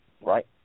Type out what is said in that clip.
right